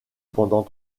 pendant